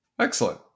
Excellent